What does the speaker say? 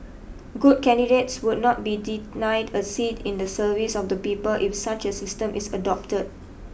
good candidates would not be denied a seat in the service of the people if such a system is adopted